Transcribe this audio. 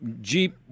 Jeep